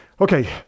Okay